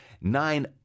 nine